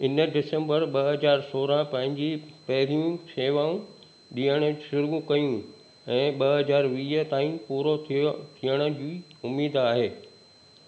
इन ॾिसंबर ॿ हज़ार सोरहं पंहिंजी पहिरियूं शेवाऊं ॾियणु शुरू कयूं ऐं ॿ हज़ार वीह ताईं पूरो थियो थियण जी उमेदु आहे